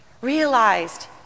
realized